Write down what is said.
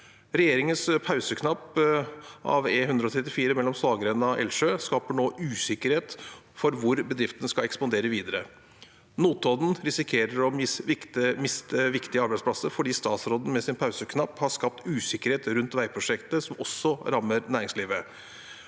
Regjeringens pauseknapp på E134 Saggrenda–Elgsjø skaper nå usikkerhet om hvor bedriften skal ekspandere videre. Notodden risikerer å miste viktige arbeidsplasser fordi statsråden, med sin pauseknapp, har skapt usikkerhet rundt veiprosjektet som også rammer næringslivet.